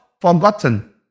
forgotten